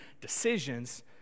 decisions